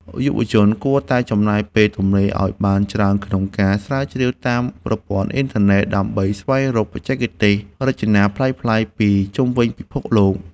យុវជនគួរតែចំណាយពេលទំនេរឱ្យបានច្រើនក្នុងការស្រាវជ្រាវតាមប្រព័ន្ធអ៊ីនធឺណិត ដើម្បីស្វែងរកបច្ចេកទេសរចនាប្លែកៗពីជុំវិញពិភពលោក។